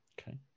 Okay